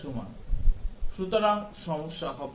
সুতরাং সমস্যা হবে